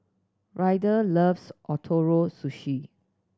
Ryder loves Ootoro Sushi